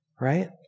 right